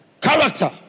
Character